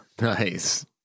Nice